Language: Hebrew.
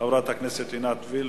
חברת הכנסת עינת וילף?